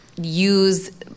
use